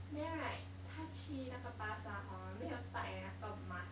then right 她去那个 pasar hor 没有戴那个 mask